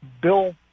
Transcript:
Bill